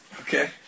Okay